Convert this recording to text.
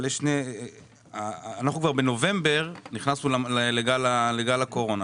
כבר בנובמבר נכנסנו לגל הקורונה.